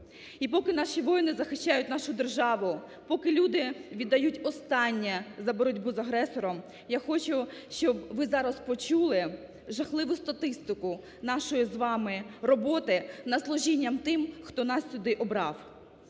І поки наші воїни захищають нашу державу, поки люди віддають останнє за боротьбу з агресором, я хочу, щоб ви зараз почули жахливу статистику нашої з вами роботи на служіння тим, хто нас сюди обрав.